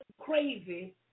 crazy